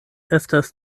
estas